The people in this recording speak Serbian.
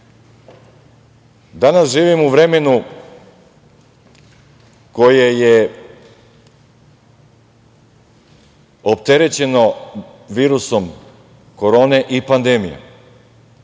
cilj. Danas živimo u vremenu koje je opterećeno virusom korone i pandemije